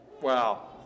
Wow